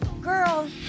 Girl